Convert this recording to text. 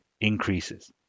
increases